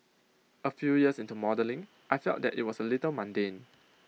A few years into modelling I felt that IT was A little mundane